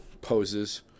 poses